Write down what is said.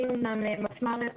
אני יכולה להגיד שכל הנושאים שעולים,